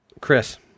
Chris